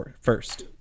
first